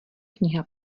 kniha